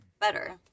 better